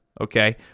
okay